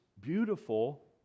beautiful